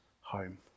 home